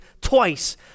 twice